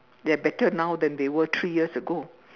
they are better now than they were three years ago